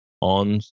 on